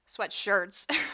sweatshirts